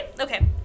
okay